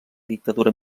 dictadura